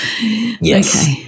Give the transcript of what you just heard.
Yes